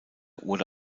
wurde